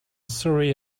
surrey